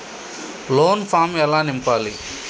Loan form ఎలా నింపాలి?